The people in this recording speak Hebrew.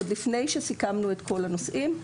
עוד לפני שסיכמנו את כל הנושאים,